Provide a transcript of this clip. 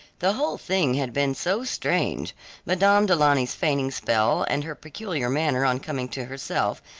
the whole thing had been so strange madame du launy's fainting-spell, and her peculiar manner on coming to herself,